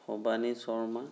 Bhabani Sharma